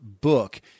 book